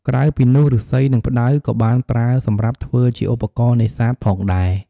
ក្រៅពីនោះឫស្សី និងផ្តៅក៏បានប្រើសម្រាប់ធ្វើជាឧបករណ៍នេសាទផងដែរ។